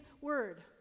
word